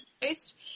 based